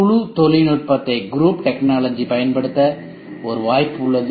குழு தொழில்நுட்பத்தைப் பயன்படுத்த ஒரு வாய்ப்பு உள்ளது